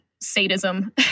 sadism